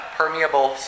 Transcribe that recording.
permeable